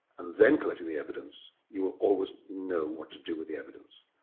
and then collecting the evidence you will always know what to do with the evidence.